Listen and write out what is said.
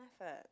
effort